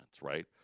right